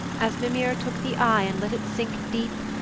as mimir took the eye and let it sink deep,